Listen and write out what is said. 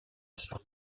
sur